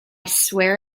swear